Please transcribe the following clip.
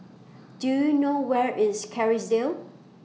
Do YOU know Where IS Kerrisdale